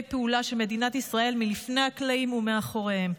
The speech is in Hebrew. פעולה של מדינת ישראל לפני הקלעים ומאחוריהם.